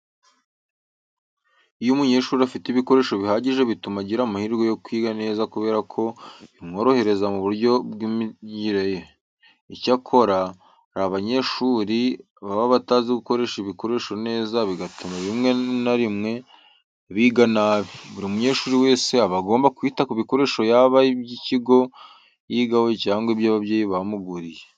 Iyo umunyeshuri afite ibikoresho bihagije bituma agira amahirwe yo kwiga neza kubera ko bimworohereza mu buryo bw'imyigire ye. Icyakora, hari abanyeshuri baba batazi gukoresha ibikoresho neza bigatuma rimwe na rimwe biga nabi. Buri munyeshuri wese aba agomba kwita ku bikoresho yaba iby'ikigo yigaho cyangwa ibyo ababyeyi bamuguriye.